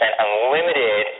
unlimited